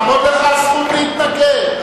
תעמוד לך הזכות להתנגד,